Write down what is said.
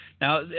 Now